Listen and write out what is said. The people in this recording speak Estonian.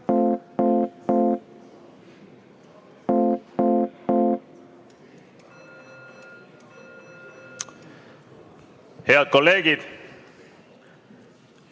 Head kolleegid!